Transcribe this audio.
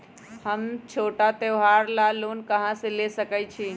हम छोटा त्योहार ला लोन कहां से ले सकई छी?